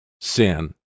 sin